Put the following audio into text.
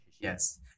Yes